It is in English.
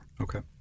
Okay